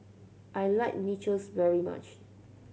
I like Nachos very much